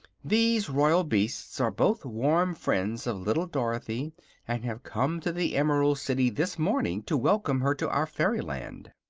these royal beasts are both warm friends of little dorothy and have come to the emerald city this morning to welcome her to our fairyland.